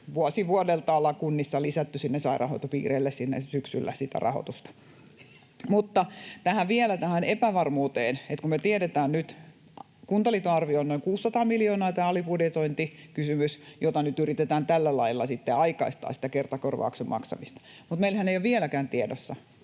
vuosi vuodelta ollaan kunnissa lisätty sairaanhoitopiireille syksyllä sitä rahoitusta. Vielä tähän epävarmuuteen: Me tiedetään nyt, Kuntaliiton arvio on noin 600 miljoonaa, tämä alibudjetointikysymys, jota nyt yritetään tällä lailla sitten aikaistaa, sitä kertakorvauksen maksamista, mutta meillähän ei ole vieläkään tiedossa